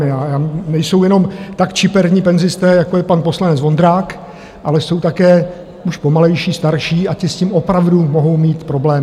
A nejsou jenom tak čiperní penzisté, jako je pan poslanec Vondrák, ale jsou také už pomalejší, starší, a ti s tím opravdu mohou mít problémy.